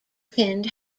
pinned